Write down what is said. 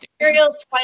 Materials